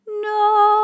No